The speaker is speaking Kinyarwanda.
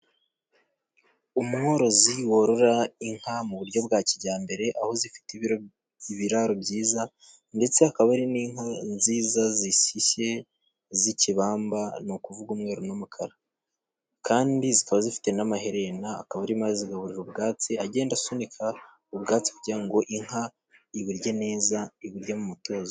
Umworozi worora inka mu buryo bwa Kijyambere, aho zifite ibiraro byiza, ndetse akaba ari n'inka nziza zishishe zikibamba ni ukuvuga umweru ,n'amakara. Kandi zikaba zifite n'amaherena, akaba arimo azigaburira ubwatsi agenda asunika ubwatsi , ngo inka iburye neza iburyo mu mutuzo.